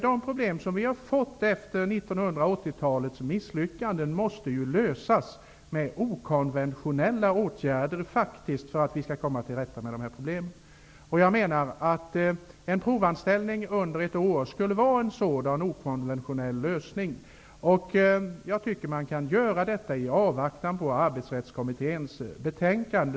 De problem som har uppstått efter 1980-talets misslyckanden måste lösas med okonventionella åtgärder. Jag menar att en provanställning på ett år skulle vara en sådan okonventionell lösning. Jag tycker att man kan göra detta i avvaktan på Arbetsrättskommitténs betänkande.